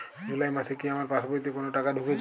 জুলাই মাসে কি আমার পাসবইতে কোনো টাকা ঢুকেছে?